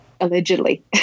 Allegedly